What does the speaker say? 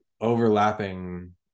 overlapping